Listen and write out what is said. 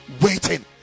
waiting